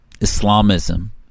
Islamism